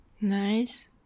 nice